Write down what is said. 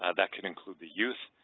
ah that can include the youth,